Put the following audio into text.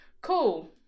cool